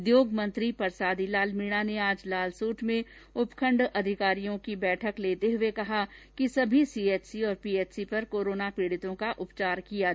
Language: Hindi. उद्योगमंत्री परसादी लाल मीणा ने आज लालसोट में उपखण्ड अधिकारियों की बैठक को संबोधित करते हुये कहा कि सभी सीएचसी और पीएचसी पर कोरोना पीडितों का उपचार किया जायेगा